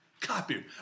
Copy